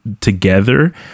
together